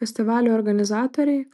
festivalio organizatoriai